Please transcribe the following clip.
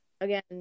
Again